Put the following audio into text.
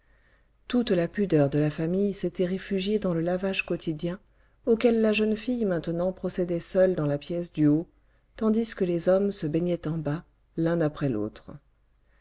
toute la pudeur de la famille s'était réfugiée dans le lavage quotidien auquel la jeune fille maintenant procédait seule dans la pièce du haut tandis que les hommes se baignaient en bas l'un après l'autre